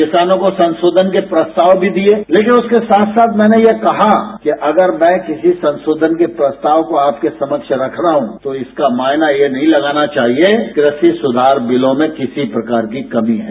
किसानों को संशोधन के प्रस्ताव भी दिए लेकिन उसके साथ साथ मैंने यह कहा कि अगर मैं किसी संशोधन के प्रस्ताव को आपके समक्ष रख रहा हूं तो इसका मायना यह नहीं लगाना चाहिए कि रस्सी सुधार बिलों में किसी प्रकार की कमी है